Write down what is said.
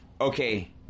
okay